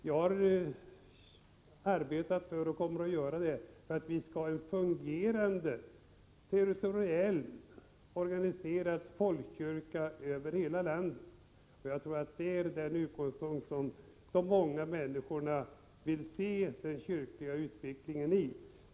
Jag har arbetat för — och kommer att göra det också i fortsättningen — att vi skall ha en över hela landet fungerande territoriellt organiserad folkkyrka, och jag tror att det är så de många människorna vill se den kyrkliga utvecklingen.